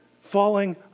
falling